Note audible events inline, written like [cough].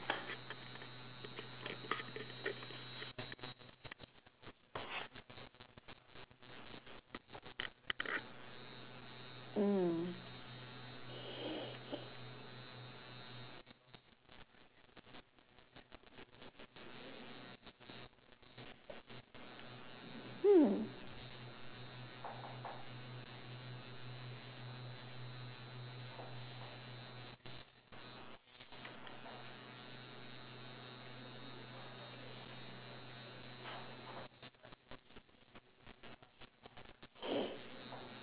mm hmm [noise]